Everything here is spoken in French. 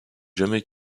jamais